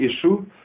issue